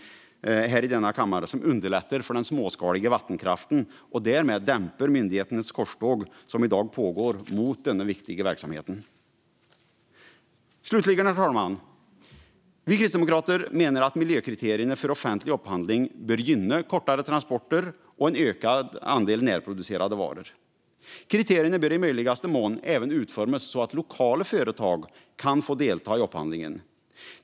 Förslaget i tillkännagivandet skulle underlätta för den småskaliga vattenkraften och därmed dämpa myndigheternas korståg som i dag pågår mot denna viktiga verksamhet. Herr talman! Slutligen menar vi kristdemokrater att miljökriterierna för offentlig upphandling bör gynna kortare transporter och ökad andel närproducerade varor. Kriterierna bör även i möjligaste mån utformas så att lokala företag kan delta i upphandlingen.